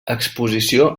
exposició